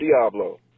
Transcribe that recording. Diablo